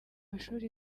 mashuri